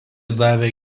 davė